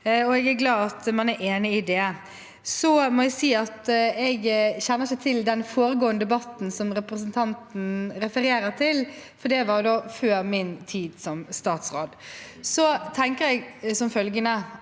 Jeg er glad for at man er enig i det. Så må jeg si at jeg ikke kjenner til den foregående debatten som representanten refererer til, for det var før min tid som statsråd.